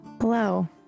Hello